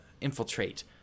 infiltrate